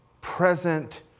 present